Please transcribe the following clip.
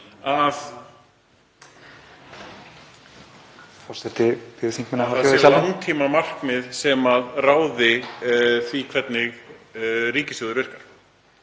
þessi langtímamarkmið sem ráði því hvernig ríkissjóður virkar.